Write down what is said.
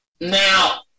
Now